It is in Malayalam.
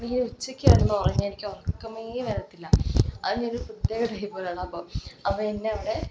എനിക്ക് ഉച്ചയ്ക്ക് കിടന്ന് ഉറങ്ങിയാൽ ഉറക്കമേ വരത്തില്ല അത് ഞാനൊരു പ്രത്യേക ടൈപ്പായിരുന്നു അപ്പം എന്നെ അവിടെ